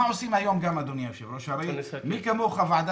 נא לסכם.